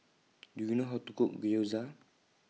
Do YOU know How to Cook Gyoza